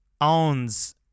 owns